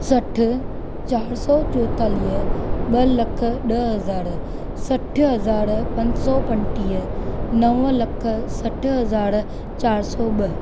सठि चार सौ चोएतालीह ॿ लख ॾह हज़ार सठि हज़ार पंज सौ पंटीह नव लख सठि हज़ार चार सौ ॿ